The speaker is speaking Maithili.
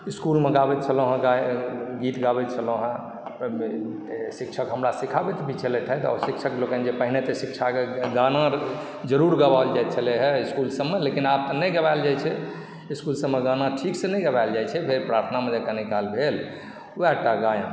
स्कूलमे गाबैत छलहुँ हँ गीत गाबैत छलहुँ हँ शिक्षक हमरा सिखाबैत भी छलथि हँ शिक्षक लोकनि पहिने तऽ शिक्षा गाना जरुर गवाओल जैत छलय हँ स्कूल सभमऽ लेकिन आब तऽ नहि गवाओल जाइत छै स्कूल सभमे गाना ठीकसँ नहि गबैल जाइत छै भेल प्रार्थनामे जे कनि काल भेल वएह टा गायन